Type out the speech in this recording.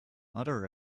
other